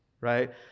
right